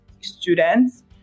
students